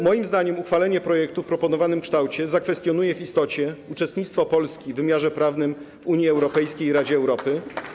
Moim zdaniem uchwalenie projektu w proponowanym kształcie zakwestionuje w istocie uczestnictwo Polski w wymiarze prawnym Unii Europejskiej i w Radzie Europy.